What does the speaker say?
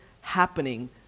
happening